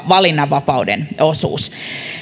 valinnanvapauden osuus